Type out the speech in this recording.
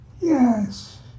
Yes